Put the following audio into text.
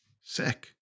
Sick